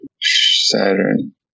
Saturn